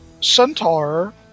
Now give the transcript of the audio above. centaur